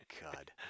God